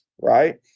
Right